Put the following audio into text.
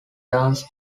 dance